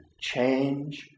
change